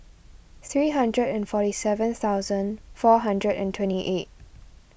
three hundred and forty seven thousand four hundred and twenty eight